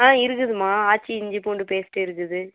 ஆ இருக்குதும்மா ஆச்சி இஞ்சி பூண்டு பேஸ்ட் இருக்குது